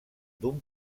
d’un